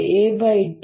a20KdKdt